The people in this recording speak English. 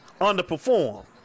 underperform